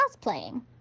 cosplaying